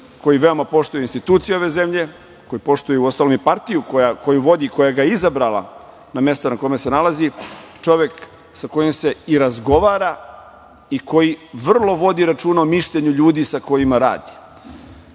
koji veoma poštuje institucije ove zemlje, koji poštuju uostalom i partiju koju vodi i koja ga je izabrala na mestu na kome se nalazi, čovek sa kojim se i razgovara i koji vrlo vodi računa o mišljenju ljudi sa kojima radi. Kada